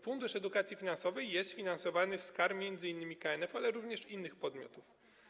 Fundusz Edukacji Finansowej jest finansowany z kar, m.in. KNF-u, ale również innych podmiotów.